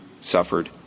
suffered